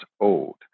old